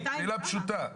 שאלה פשוטה.